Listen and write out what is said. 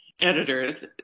Editors